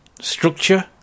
structure